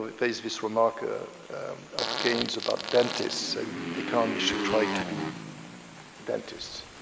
there is this remark ah of keynes about dentists i mean economists should try to be dentists.